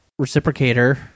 reciprocator